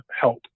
help